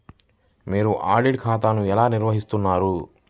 మీరు ఆడిట్ ఖాతాను ఎలా నిర్వహిస్తారు?